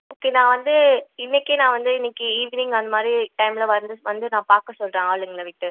okay நான் வந்து இன்றைக்கே நான் வந்து இன்றைக்கி ஈவினிங் அந்த மாதிரி டைமில் வந்து வந்து நான் பார்க்க சொல்கிறேன் ஆளுங்களை விட்டு